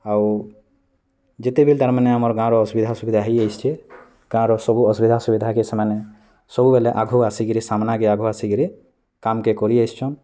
ଆଉ ଯେତେବେଲେ ତା'ର୍ ମାନେ ଆମର୍ ଗାଁର ଅସୁବିଧା ସୁବିଧା ହୋଇ ଆସିଛେ କାହାର ସବୁ ଅସୁବିଧା ସୁବିଧା କେ ସେମାନେ ସବୁବେଲେ ଆଘୁ ଆସିକିରି ସାମ୍ନାକେ ଆଘୁ ଆସିକିରି କାମ୍ କେ କରି ଆସିଛନ୍